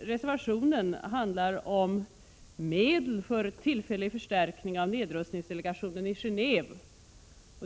reservationen handlar om medel för tillfällig förstärkning av nedrustningsdelegationen i Gen&åve.